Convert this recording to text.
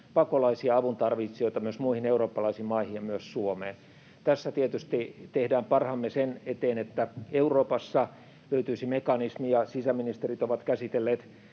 pakolaisia, avun tarvitsijoita, myös muihin eurooppalaisiin maihin ja myös Suomeen. Tässä tietysti tehdään parhaamme sen eteen, että Euroopassa löytyisi mekanismi: sisäministerit ovat käsitelleet